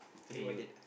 k you